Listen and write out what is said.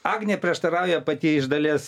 agnė prieštarauja pati iš dalies